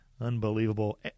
Unbelievable